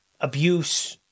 abuse